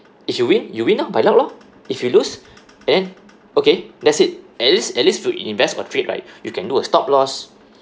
if you win you win loh by luck lor if you lose then okay that's it at least at least you invest or trade right you can do a stop loss